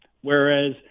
Whereas